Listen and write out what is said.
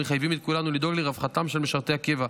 המחייבים את כולנו לדאוג לרווחתם של משרתי הקבע.